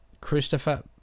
Christopher